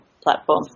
platform